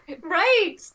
Right